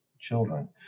children